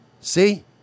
See